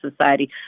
society